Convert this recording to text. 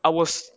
I was